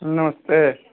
नमस्ते